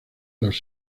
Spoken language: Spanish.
los